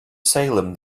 salem